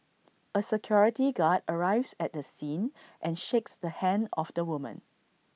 A security guard arrives at the scene and shakes the hand of the woman